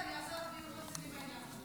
חברת הכנסת פרקש.